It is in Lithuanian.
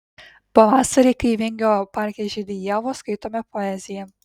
pavasarį kai vingio parke žydi ievos skaitome poeziją